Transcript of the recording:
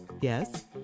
Yes